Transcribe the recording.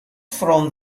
from